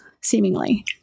seemingly